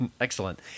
Excellent